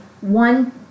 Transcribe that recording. one